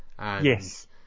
Yes